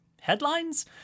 headlines